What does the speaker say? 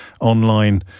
online